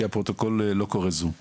אני